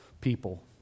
people